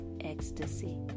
ecstasy